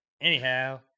anyhow